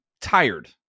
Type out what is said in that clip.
tired